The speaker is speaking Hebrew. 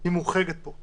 היא מוחרגת פה,